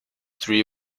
three